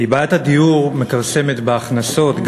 כי בעיית הדיור מכרסמת בהכנסות,